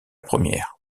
première